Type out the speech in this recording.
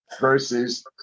versus